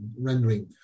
rendering